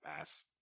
ass